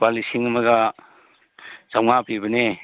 ꯂꯨꯄꯥ ꯂꯤꯁꯤꯡ ꯑꯃꯒ ꯆꯃꯉꯥ ꯄꯤꯕꯅꯦ